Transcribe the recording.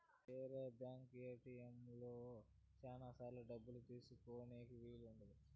వేరే బ్యాంక్ ఏటిఎంలలో శ్యానా సార్లు డబ్బు తీసుకోనీకి వీలు ఉండదు